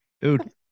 Dude